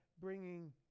bringing